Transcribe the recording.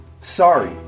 sorry